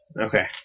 Okay